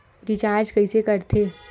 Recharge कइसे कर थे?